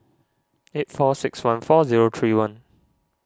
eight four six one four zero three one